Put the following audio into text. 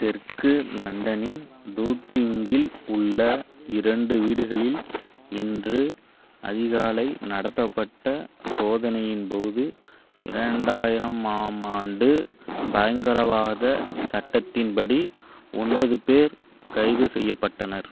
தெற்கு லண்டனின் டூட்டிங்கில் உள்ள இரண்டு வீடுகளில் இன்று அதிகாலை நடத்தப்பட்ட சோதனையின்போது இரண்டாயிராமாம் ஆம் ஆண்டு பயங்கரவாதச் சட்டத்தின்படி ஒன்பது பேர் கைது செய்யப்பட்டனர்